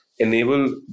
Enable